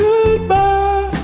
Goodbye